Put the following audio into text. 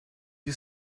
you